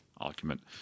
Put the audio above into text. argument